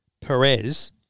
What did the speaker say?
Perez